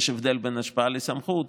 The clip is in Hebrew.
יש הבדל בין השפעה לסמכות,